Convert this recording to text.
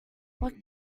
what